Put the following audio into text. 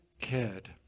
kid